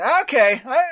Okay